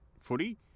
footy